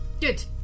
good